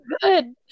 good